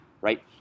right